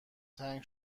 تنگ